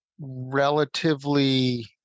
relatively